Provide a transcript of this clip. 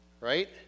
Right